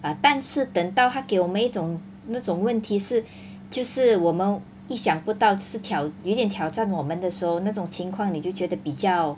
err 但是等到他给我一种那种问题是就是我们意想不到就是挑有点挑战我们的时候那种情况你就觉得比较